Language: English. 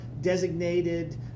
designated